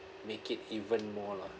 make it even more lah